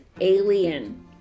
alien